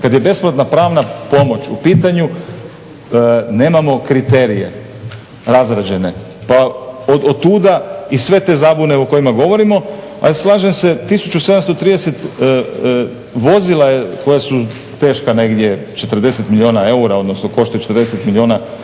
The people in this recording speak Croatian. kada je besplatna pravna pomoć u pitanju nemamo kriterije razrađene. Pa od tuda i sve te zabune o kojima govorimo. A slažem se 1730 vozila koja su teška negdje 40 milijuna eura odnosno koštaju 40 milijuna eura